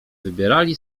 wybierali